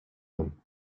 them